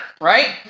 right